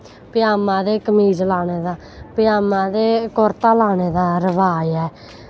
पजामा ते कमीज़ लाने दा पज़ामा ते कुर्ता लाने दा रवाज़ ऐ